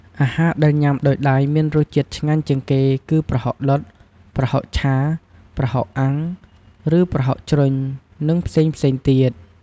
អាហារដែលញ៉ាំដោយដៃមានរសជាតិឆ្ងាញ់ជាងគេគឺ ប្រហុកដុត ប្រហុកឆា ប្រហុកអាំង ឬប្រហុកជ្រុញ និងផ្សេងៗទៀត។